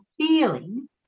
feeling